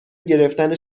گرفتن